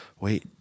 wait